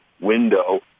window